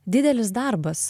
didelis darbas